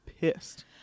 pissed